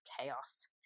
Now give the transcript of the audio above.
chaos